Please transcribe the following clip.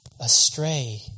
astray